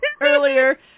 earlier